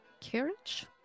carriage